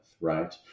right